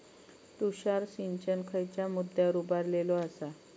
तुषार सिंचन खयच्या मुद्द्यांवर उभारलेलो आसा?